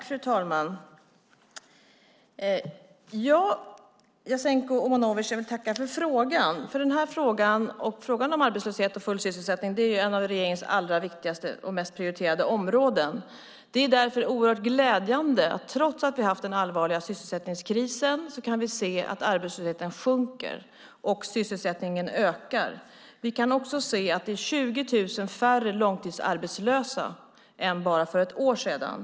Fru talman! Jag vill tacka för frågan, Jasenko Omanovic. Frågan om arbetslöshet och full sysselsättning är ett av regeringens allra viktigaste och mest prioriterade områden. Det är därför oerhört glädjande att vi, trots att vi har haft den allvarliga sysselsättningskrisen, kan se att arbetslösheten sjunker och sysselsättningen ökar. Vi kan också se att det är 20 000 färre långtidsarbetslösa än för bara ett år sedan.